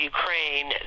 Ukraine